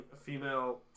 female